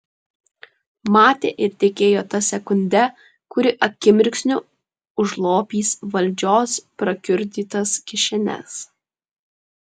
matė ir tikėjo ta sekunde kuri akimirksniu užlopys valdžios prakiurdytas kišenes